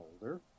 older